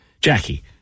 Jackie